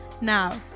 Now